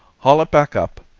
haul it back up.